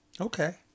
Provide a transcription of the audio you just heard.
Okay